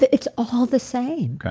it's all the same. okay.